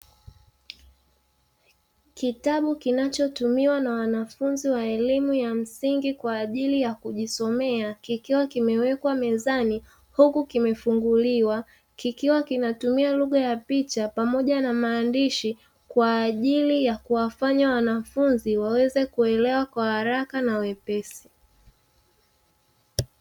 Kitabu kinachotumiwa na wanafunzi wa elimu ya msingi kwa ajili ya kujisomea kikiwa kimewekwa mezani, huku kimefunguliwa kikiwa kinatumia lugha ya picha pamoja na maandishi kwa ajili ya kuwafanya wanafunzi waweze kuelewa kwa haraka na wepesi.